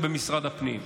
וזה במשרד הפנים,